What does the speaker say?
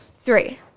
Three